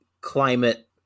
climate